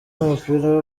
y’umupira